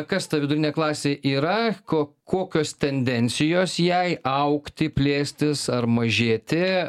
kas ta vidurinė klasė yra ko kokios tendencijos jai augti plėstis ar mažėti